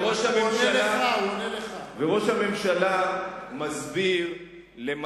וראש המממשלה בא ומסביר,